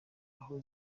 aho